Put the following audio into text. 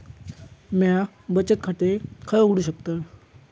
म्या बचत खाते खय उघडू शकतय?